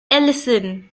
allison